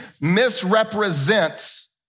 misrepresents